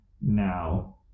now